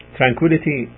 tranquility